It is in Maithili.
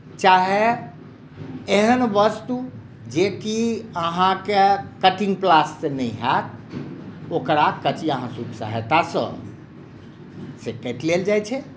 चाहे एहन वस्तु जेकि अहाँकेँ कटिंग पिलाससँ नहि हएत ओकरा कचिया हाँसूक सहायतासँ से काटि लेल जाइत छै